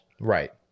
right